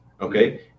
Okay